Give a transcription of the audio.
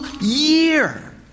year